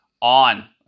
on